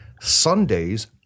Sundays